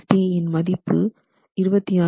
Ast இன் மதிப்பு 26